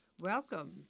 Welcome